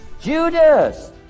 Judas